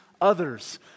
others